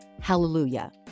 Hallelujah